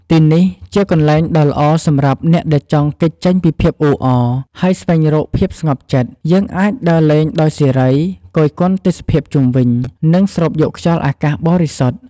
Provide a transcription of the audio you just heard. ទីនេះជាកន្លែងដ៏ល្អសម្រាប់អ្នកដែលចង់គេចចេញពីភាពអ៊ូអរ ហើយស្វែងរកភាពស្ងប់ចិត្ត យើងអាចដើរលេងដោយសេរី គយគន់ទេសភាពជុំវិញ និងស្រូបយកខ្យល់អាកាសបរិសុទ្ធ។